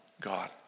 God